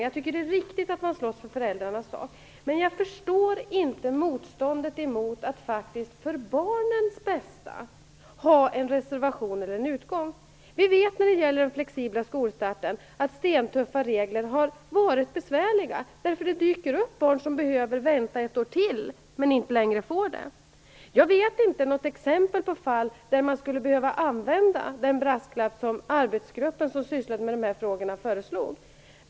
Jag tycker att det är riktigt att man slåss för föräldrarnas sak. Men jag förstår inte motståndet mot att för barnens bästa ha en reservation eller en utgång. Vi vet att de stentuffa reglerna vid den flexibla skolstarten har varit besvärliga därför att det dyker upp barn som behöver vänta ett år till, men inte längre får det. Jag vet inte något fall där man skulle behöva använda den brasklapp som arbetsgruppen, som sysslat med de här frågorna, föreslog.